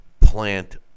plant